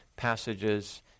passages